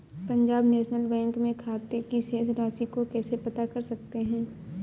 Punjab national bank में खाते की शेष राशि को कैसे पता कर सकते हैं?